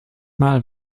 mal